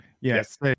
Yes